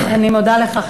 אני מודה לך,